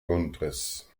grundriss